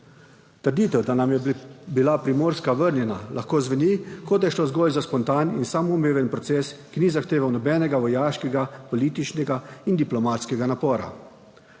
Trditev, da nam je bila Primorska vrnjena, lahko zveni, kot da je šlo zgolj za spontan in samoumeven proces, ki ni zahteval nobenega vojaškega, političnega in diplomatskega napora.